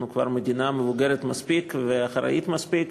אנחנו כבר מדינה מבוגרת מספיק ואחראית מספיק,